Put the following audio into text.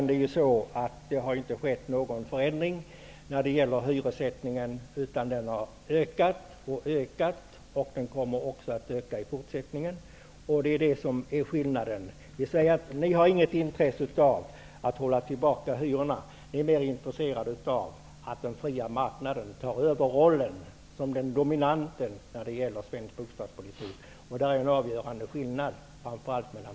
Det har ju inte skett någon förändring av hyrorna, utan de har ökat och kommer också att öka i fortsättningen. Det är det som är skillnaden. Ni har inget intresse av att hålla nere hyrorna. Ni är mer intresserade av att den fria marknaden tar över rollen som den som dominerar när det gäller svensk bostadspolitik. Detta är den avgörande skillnaden framför allt mellan